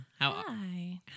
Hi